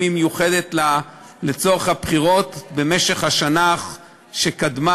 אם היא מיוחדת לצורך הבחירות במשך השנה שקדמה,